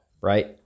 right